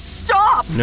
stop